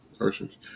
Oceans